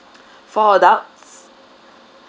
four adults